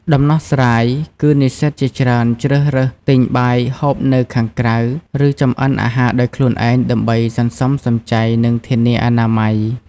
ដំណោះស្រាយគឺនិស្សិតជាច្រើនជ្រើសរើសទិញបាយហូបនៅខាងក្រៅ ឬចម្អិនអាហារដោយខ្លួនឯងដើម្បីសន្សំសំចៃ និងធានាអនាម័យ។